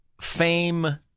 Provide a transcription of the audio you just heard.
fame